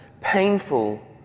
painful